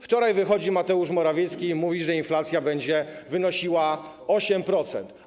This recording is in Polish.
Wczoraj wychodzi Mateusz Morawiecki i mówi, że inflacja będzie wynosiła 8%.